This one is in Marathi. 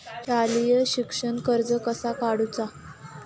शालेय शिक्षणाक कर्ज कसा काढूचा?